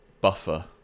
Buffer